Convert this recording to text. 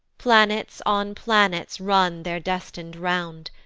planets on planets run their destin'd round,